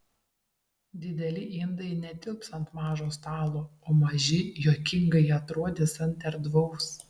dideli indai netilps ant mažo stalo o maži juokingai atrodys ant erdvaus